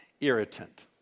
irritant